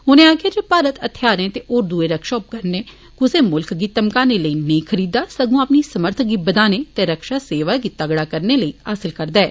उनें आक्खेआ जे भारत हथियार ते होर दुए रक्षा उपकरण कुसै मुल्ख गी धमकाने लेई नेई खरीददा सगुआं अपनी समर्थ गी बदाने ते रक्षा सेवाएं गी तगड़ा करने लेई हासल करदा ऐ